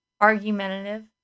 argumentative